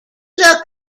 look